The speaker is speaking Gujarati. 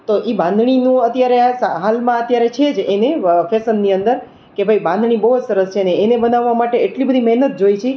તો એ બાંધણીનું અત્યારે આ હાલમાં અત્યારે છે જ એને વોકેસનની અંદર કે ભાઈ બાંધણી બઉ જ સરસ છેને એને બનાવવા માટે એટલી બધી મહેનત જોઈ છી